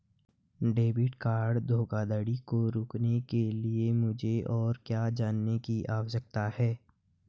Debit card धोखाधड़ी को रोकने के लिए मुझे और क्या जानने की आवश्यकता है?